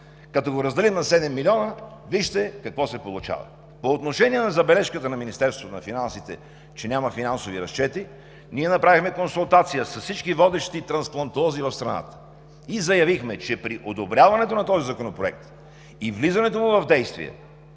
като го разделим на седем милиона, вижте какво се получава. По отношение на забележката на Министерството на финансите, че няма финансови разчети, ние направихме консултация с всички водещи трансплантолози в страната и заявихме, че при одобряването на този законопроект и влизането му в действие